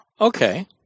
Okay